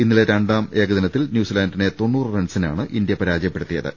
ഇന്നലെ രണ്ടാം ഏകദിനത്തിൽ ന്യൂസിലാൻഡിനെ റൺസിനാണ് ഇന്ത്യ പരാജയപ്പെടുത്തിയത്